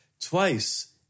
twice